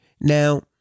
Now